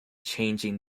changing